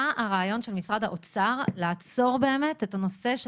מה הרעיון של משרד האוצר לעצור את הנושא של